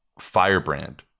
firebrand